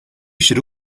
should